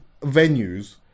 venues